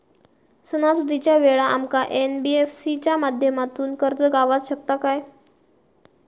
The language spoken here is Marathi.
सणासुदीच्या वेळा आमका एन.बी.एफ.सी च्या माध्यमातून कर्ज गावात शकता काय?